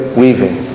weaving